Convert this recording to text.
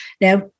Now